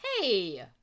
Hey